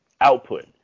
output